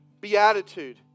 beatitude